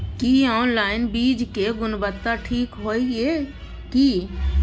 की online बीज के गुणवत्ता ठीक होय ये की?